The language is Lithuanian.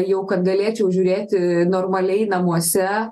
jau kad galėčiau žiūrėti normaliai namuose